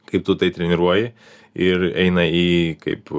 kai tu tai treniruoji ir eina į kaip